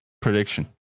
prediction